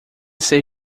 ser